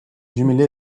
jumelée